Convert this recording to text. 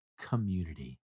community